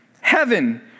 Heaven